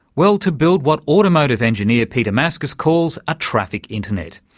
well, to build what automotive engineer peter maskus calls a traffic internet,